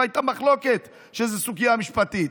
לא הייתה מחלוקת שזאת סוגיה משפטית.